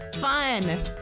Fun